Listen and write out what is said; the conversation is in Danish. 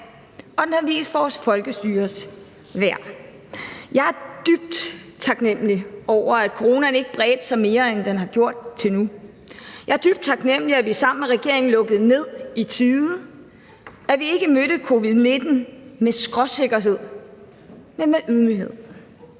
og den har vist vores folkestyres værd. Jeg er dybt taknemlig over, at coronaen ikke har bredt sig mere, end den har gjort indtil nu. Jeg er dybt taknemlig over, at vi sammen med regeringen lukkede ned i tide, og at vi ikke mødte covid-19 med skråsikkerhed, men med ydmyghed.